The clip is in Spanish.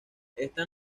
esta